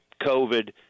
COVID